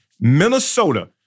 Minnesota